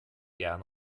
gern